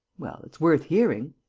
well, it's worth hearing.